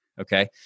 okay